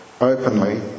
openly